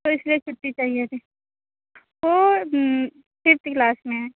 تو اِس لیے چُھٹّی چاہیے تھی وہ ففتھ کلاس میں ہے